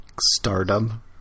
Stardom